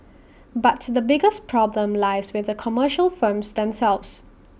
but the biggest problem lies with commercial firms themselves